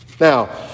Now